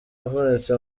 avunitse